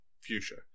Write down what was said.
Fuchsia